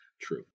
True